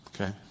okay